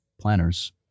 planners